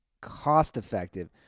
cost-effective